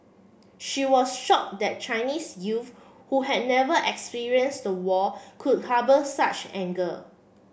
she was shocked that Chinese you who had never experienced the war could harbour such anger